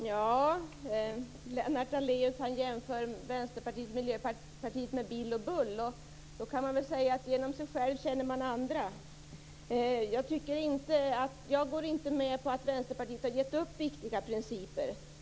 Fru talman! Lennart Daléus jämför Vänsterpartiet och Miljöpartiet med Bill och Bull. Då kan jag säga att genom sig själv känner man andra. Jag går inte med på att Vänsterpartiet har gett upp viktiga principer.